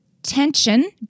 tension